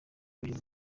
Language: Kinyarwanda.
uyu